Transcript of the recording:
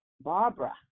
Barbara